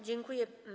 Dziękuję.